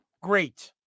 great